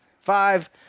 Five